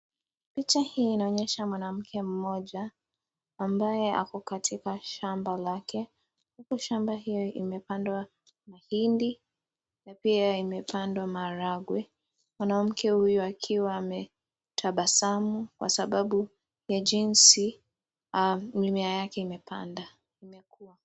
Picha hii inaonyesha mwanamke mmoja ambaye ako katika shamba lake huku shamba hilo limepandwa mahindi na pia limepandwa maharagwe. Mwanamke huyo akiwa ametabasamu kwa sababu ya jinsi mmea yake imepanda, imekuwa.